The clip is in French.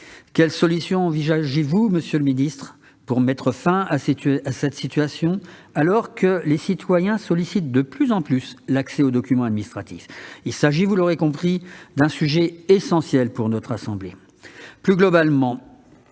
Quelles solutions envisagez-vous, monsieur le secrétaire d'État, pour mettre fin à cette situation, alors que les citoyens sollicitent de plus en plus l'accès aux documents administratifs ? Il s'agit, vous l'aurez compris, d'un sujet essentiel pour le Sénat. Plus globalement,